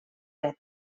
fred